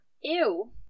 Ew